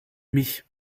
mich